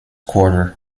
quarter